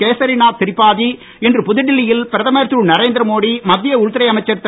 கேசரிநாத் திரிபாதி இன்று புதுடில்லி யில் பிரதமர் திரு நரேந்திர மோடி மத்திய உள்துறை அமைச்சர் திரு